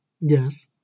Yes